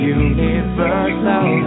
universal